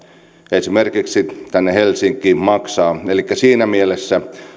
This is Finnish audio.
esimerkiksi tänne helsinkiin maksaa elikkä siinä mielessä